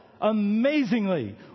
amazingly